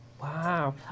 Wow